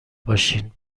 باشین